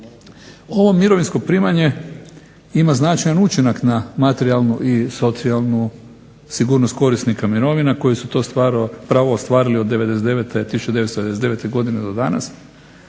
Ovo mirovinsko primanje ima značajan učinak na materijalnu i socijalnu sigurnost korisnika mirovina koji su to pravo ostvarili od 1999. Godine do danas,